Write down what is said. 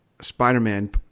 Spider-Man